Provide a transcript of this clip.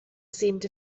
seemed